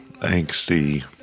angsty